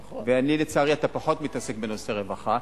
ולצערי, אתה פחות מתעסק בנושאי רווחה,